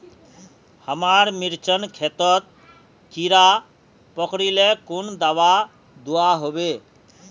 हमार मिर्चन खेतोत कीड़ा पकरिले कुन दाबा दुआहोबे?